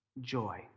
joy